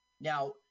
Now